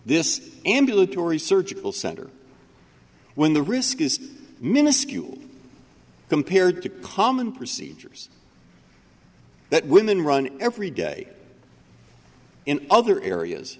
this ambulatory surgical center when the risk is minuscule compared to common procedures that women run every day in other areas